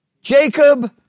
Jacob